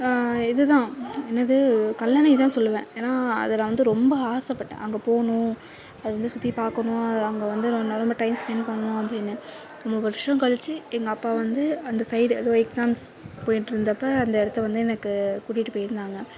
இதுதான் என்னது கல்லணையை இதுதான் சொல்வேன் ஏன்னா அது நான் வந்து ரொம்ப ஆசைப்பட்டேன் அங்கே போணும் அதை வந்து சுற்றி பார்க்கணும் அது அங்கே வந்து நான் ஒன் ஹவர் நம்ம டைம் ஸ்பெண்ட் பண்ணணும் அப்படின்னு ரொம்ப வருஷம் கழித்து எங்கள் அப்பா வந்து அந்த சைடு அது எக்ஸாம்ஸ் போய்ட்ருந்தப்ப அந்த இடத்த வந்து எனக்கு கூட்டிட்டு போய்ருந்தாங்க